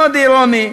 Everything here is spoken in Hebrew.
מאוד אירוני: